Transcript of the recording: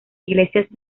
iglesias